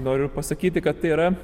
noriu pasakyti kad tai yra